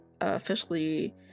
officially